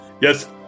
Yes